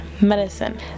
medicine